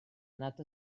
nad